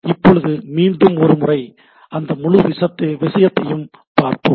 இப்பொழுது மீண்டும் ஒருமுறை அந்த முழு விஷயத்தையும் பார்ப்போம்